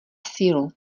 sílu